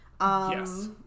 Yes